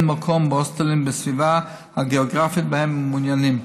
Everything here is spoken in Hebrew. מקום בהוסטלים בסביבה הגיאוגרפית שבה מעוניינים,